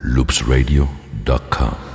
loopsradio.com